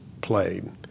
played